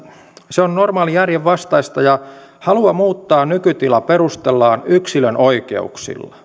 se on normaalin järjen vastaista ja halua muuttaa nykytila perustellaan yksilön oikeuksilla